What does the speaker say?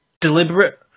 deliberate